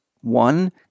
one